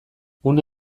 une